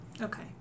Okay